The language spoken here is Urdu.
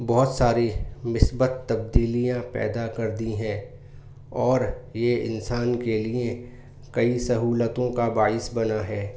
بہت ساری مثبت تبدیلیاں پیدا کر دی ہیں اور یہ انسان کے لیے کئی سہولتوں کا باعث بنا ہے